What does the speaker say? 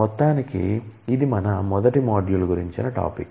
మొత్తానికి ఇది మన మొదటి మాడ్యూల్ గురించిన టాపిక్స్